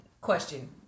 question